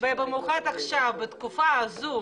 במיוחד בתקופה הזו,